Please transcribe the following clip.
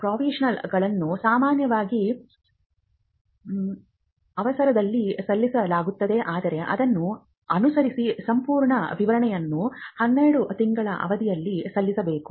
ಪ್ರಾವಿಶನಲ್ಗಳನ್ನು ಸಾಮಾನ್ಯವಾಗಿ ಅವಸರದಲ್ಲಿ ಸಲ್ಲಿಸಲಾಗುತ್ತದೆ ಆದರೆ ಅದನ್ನು ಅನುಸರಿಸಿ ಸಂಪೂರ್ಣ ವಿವರಣೆಯನ್ನು 12 ತಿಂಗಳ ಅವಧಿಯಲ್ಲಿ ಸಲ್ಲಿಸಬೇಕು